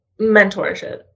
Mentorship